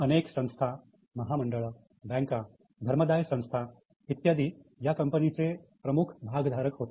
अनेक संस्था महामंडळ बँका धर्मदाय संस्था इत्यादी या कंपनीचे प्रमुख भागधारक होते